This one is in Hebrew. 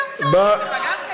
איזה המצאות יש לך, גם כן.